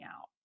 out